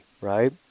Right